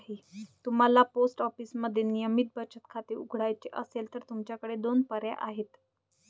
तुम्हाला पोस्ट ऑफिसमध्ये नियमित बचत खाते उघडायचे असेल तर तुमच्याकडे दोन पर्याय आहेत